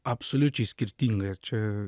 absoliučiai skirtingą ir čia